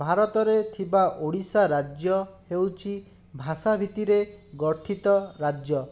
ଭାରତରେ ଥିବା ଓଡ଼ିଶା ରାଜ୍ୟ ହେଉଛି ଭାଷା ଭିତ୍ତିରେ ଗଠିତ ରାଜ୍ୟ